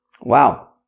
Wow